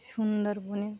সুন্দরবনে